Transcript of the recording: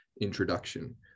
introduction